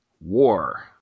War